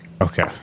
Okay